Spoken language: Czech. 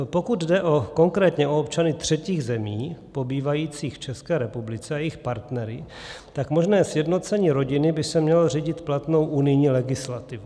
Pokud jde konkrétně o občany třetích zemí pobývajících v České republice a jejich partnery, tak možné sjednocení rodiny by se mělo řídit platnou unijní legislativou.